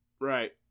Right